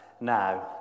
now